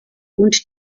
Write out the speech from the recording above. und